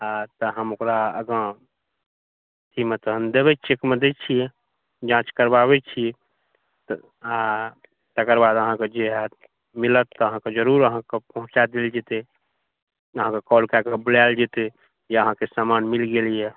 आ तऽ हम ओकरा आगाँ अथीमे तखन देबै ठीकमे दै छीयै जाँच करबाबै छीयै आ तेकर बाद अहाँके जे मिलत तऽ अहाँके जरूर अहाँके पहुँचा देल जेतै अहाँके कॉल कै कऽ बुलाओल जेतै जे अहाँके समान मिल गेल यऽ